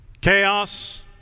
Chaos